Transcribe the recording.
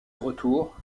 retour